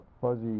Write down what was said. fuzzy